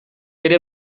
ere